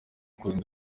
kurinda